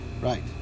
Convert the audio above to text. Right